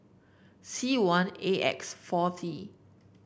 C one A X four T